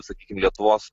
sakykim lietuvos